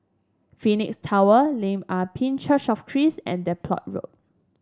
Phoenix Tower Lim Ah Pin Church of Christ and Depot Road